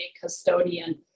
custodian